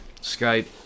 Skype